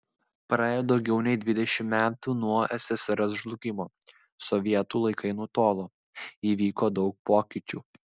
praėjo daugiau nei dvidešimt metų nuo ssrs žlugimo sovietų laikai nutolo įvyko daug pokyčių